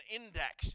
index